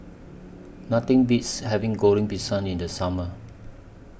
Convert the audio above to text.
Nothing Beats having Goreng Pisang in The Summer